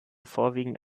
vorwiegend